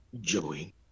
Joey